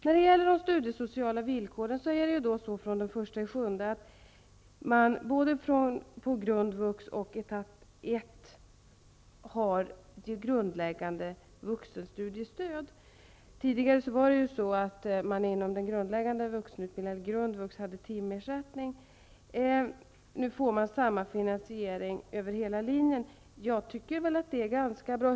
När det gäller de studiesociala villkoren får man från den 1 juli i år inom både grundvux och etapp 1 det grundläggande vuxenstudiestödet. Tidigare var det timersättning inom den grundläggande vuxenutbildningen, grundvux. Nu blir det samma finansiering över hela linjen. Jag tycker att det är ganska bra.